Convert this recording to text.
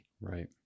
right